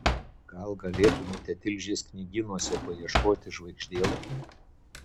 gal galėtumėte tilžės knygynuose paieškoti žvaigždėlapių